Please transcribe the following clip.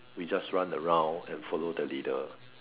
we just run around and follow the leader